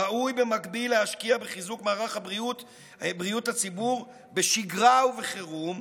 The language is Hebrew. ראוי במקביל להשקיע בחיזוק מערך בריאות הציבור בשגרה ובחירום,